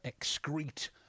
excrete